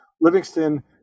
Livingston